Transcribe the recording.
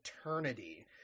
eternity